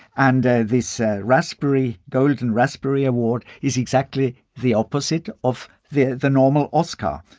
and this raspberry golden raspberry award is exactly the opposite of the the normal oscar.